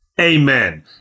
Amen